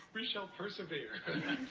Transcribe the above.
we shall persevere.